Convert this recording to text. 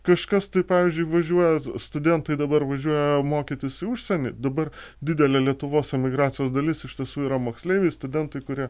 kažkas tai pavyzdžiui važiuoja studentui dabar važiuoja mokytis į užsienį dabar didelė lietuvos emigracijos dalis iš tiesų yra moksleiviai studentai kurie